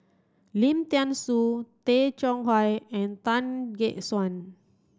Lim Thean Soo Tay Chong Hai and Tan Gek Suan